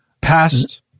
Past